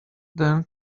then